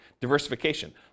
diversification